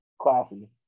Classy